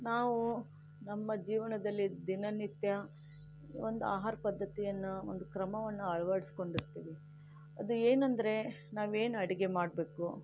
ನಾವು ನಮ್ಮ ಜೀವನದಲ್ಲಿ ದಿನನಿತ್ಯ ಒಂದು ಆಹಾರ ಪದ್ಧತಿಯನ್ನು ಒಂದು ಕ್ರಮವನ್ನು ಅಳವಡಿಸಿಕೊಂಡಿರ್ತೀವಿ ಅದು ಏನೆಂದರೆ ನಾವು ಏನು ಅಡಿಗೆ ಮಾಡಬೇಕು